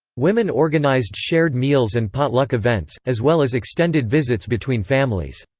women organized shared meals and potluck events, as well as extended visits between families.